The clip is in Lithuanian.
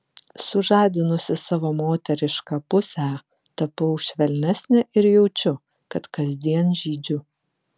sužadinusi savo moterišką pusę tapau švelnesnė ir jaučiu kad kasdien žydžiu